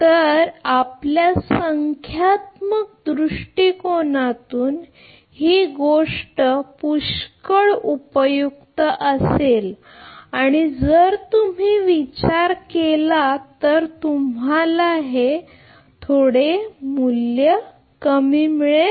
तर आपल्या संख्यात्मक दृष्टीकोनातून ही गोष्ट पुष्कळ उपयुक्त असेल आणि जर तुम्ही विचार केला तर तुम्हाला हे मूल्य थोडेसे कमी मिळेल